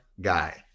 guy